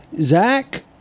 Zach